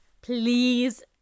please